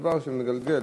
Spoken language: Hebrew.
דבר שמגלגל,